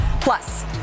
Plus